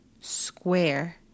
Square